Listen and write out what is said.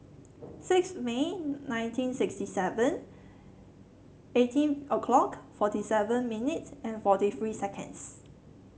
six May nineteen sixty seven eighteen O 'clock forty seven minutes and forty three seconds